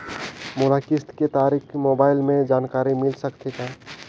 मोला किस्त के तारिक मोबाइल मे जानकारी मिल सकथे का?